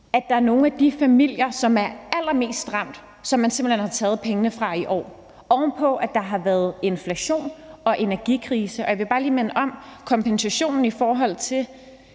at der er nogle af de familier, som er allermest ramt, som man simpelt hen har taget pengene fra i år, oven på at der har været inflation og energikrise. Jeg vil bare lige minde om, at kompensationen i forhold til